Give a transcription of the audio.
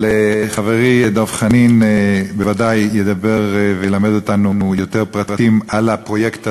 אבל חברי דב חנין בוודאי ידבר וילמד אותנו יותר פרטים על הפרויקט הזה,